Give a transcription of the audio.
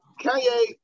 Kanye